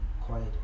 quiet